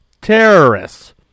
terrorists